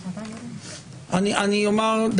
אני אומר,